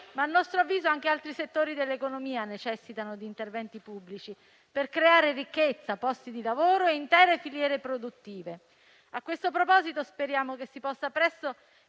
ma a nostro avviso anche altri settori dell'economia necessitano di interventi pubblici per creare ricchezza, posti di lavoro e intere filiere produttive. A questo proposito, speriamo che ci si possa presto